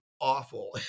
Awful